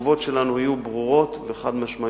התגובות שלנו יהיו ברורות וחד-משמעיות,